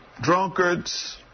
drunkards